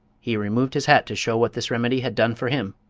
he removed his hat to show what this remedy had done for him,